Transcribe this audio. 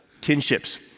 Kinships